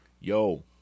yo